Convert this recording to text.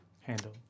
Handle